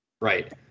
Right